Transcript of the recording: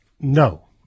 No